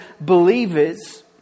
believers